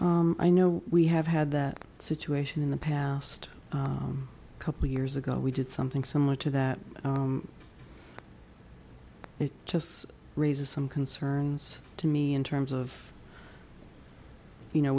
i know we have had that situation in the past couple of years ago we did something similar to that it just raises some concerns to me in terms of you know